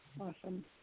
Awesome